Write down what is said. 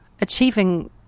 achieving